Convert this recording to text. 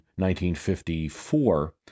1954